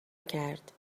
کرد